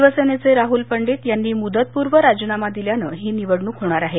शिवसेनेचे राहूल पंडित यांनी मुदतपूर्व राजीनामा दिल्यानं ही निवडणूक होणार आहे